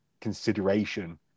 consideration